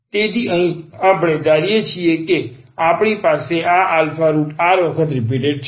તેથી અહીં આપણે ધારીએ છીએ કે આપણી પાસે આ આલ્ફા રુટ r વખત રીપીટેટ છે